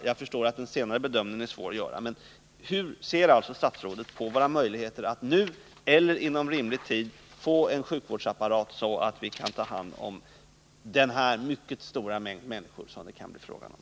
Jag förstår att den senare bedömningen är svår att göra, men jag vill fråga hur statsrådet ser på våra möjligheter att nu eller inom rimlig tid få en sådan sjukvårdsapparat att vi kan ta hand om den mycket stora mängd människor det kan bli fråga om.